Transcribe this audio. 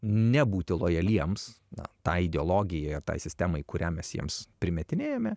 nebūti lojaliems na tai ideologijai ar tai sistemai kurią mes jiems primetinėjome